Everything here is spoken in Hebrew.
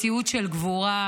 מציאות של גבורה,